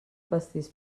pastís